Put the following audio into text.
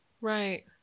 right